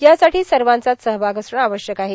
यासाठी सर्वांचाच सहभाग असणे आवश्यक आहे